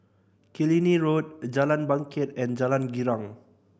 Killiney Road Jalan Bangket and Jalan Girang